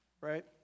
Right